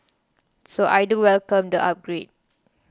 so I do welcome the upgrade